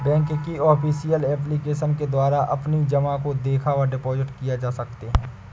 bank की official application के द्वारा अपनी जमा को देखा व डिपॉजिट किए जा सकते हैं